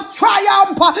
triumph